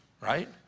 right